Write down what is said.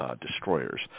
destroyers